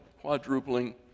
quadrupling